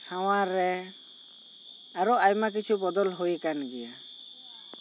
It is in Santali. ᱥᱟᱶᱟᱨ ᱨᱮ ᱟᱨᱚ ᱟᱭᱢᱟ ᱠᱤᱪᱷᱩ ᱵᱚᱫᱚᱞ ᱦᱩᱭ ᱟᱠᱟᱱ ᱜᱮᱭᱟ